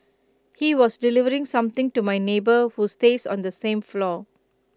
he was delivering something to my neighbour who stays on the same floor